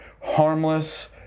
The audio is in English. harmless